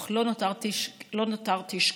אך לא נותרתי שקטה.